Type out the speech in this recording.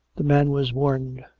the man was warned.